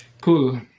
cool